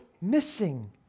missing